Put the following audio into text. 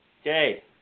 Okay